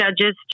judges